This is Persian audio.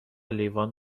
لیوان